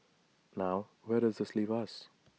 now where does this leave us